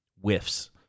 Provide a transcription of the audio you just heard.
whiffs